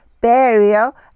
burial